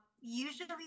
usually